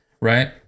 right